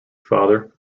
father